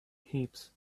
heaps